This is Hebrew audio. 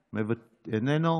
איננו,